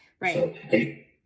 Right